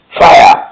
Fire